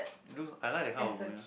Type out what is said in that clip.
it looks I like that kind of movies